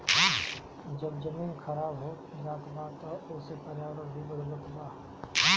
जब जमीन खराब होत जात बा त एसे पर्यावरण भी बदलत बा